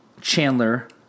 Chandler